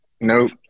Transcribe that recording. nope